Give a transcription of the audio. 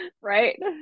Right